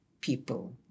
people